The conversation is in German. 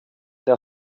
der